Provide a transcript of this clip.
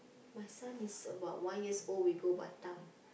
my son is about one years old we go Batam